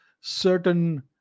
certain